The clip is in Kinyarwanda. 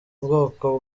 bwoko